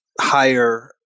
higher